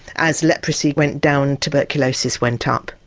as leprosy went down, tuberculosis went up.